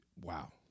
Wow